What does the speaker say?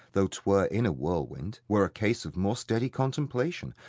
though twere in a whirlwind, were a case of more steady contemplation,